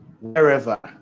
wherever